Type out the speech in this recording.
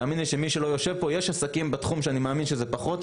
תאמיני לי שמי שלא יושב פה - יש עסקים בתחום שאני מאמין שזה פחות,